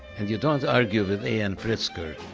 and you don't argue with a n. pritzker